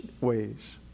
ways